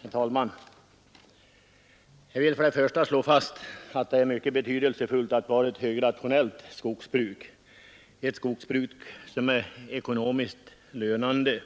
Herr talman! Jag vill först slå fast att det är mycket betydelsefullt för vårt land att ha ett högrationellt skogsbruk som är ekonomiskt lönande.